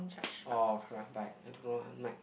orh craft bite I don't know ah might